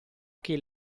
che